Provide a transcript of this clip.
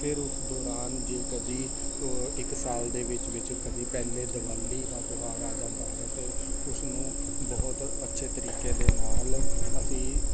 ਫਿਰ ਉਸ ਦੌਰਾਨ ਜੇ ਕਦੀ ਇੱਕ ਸਾਲ ਦੇ ਵਿੱਚ ਵਿੱਚ ਕਦੀ ਪਹਿਲੇ ਦਿਵਾਲੀ ਦਾ ਤਿਉਹਾਰ ਆ ਜਾਂਦਾ ਹੈ ਤਾਂ ਉਸਨੂੰ ਬਹੁਤ ਅੱਛੇ ਤਰੀਕੇ ਦੇ ਨਾਲ ਅਸੀਂ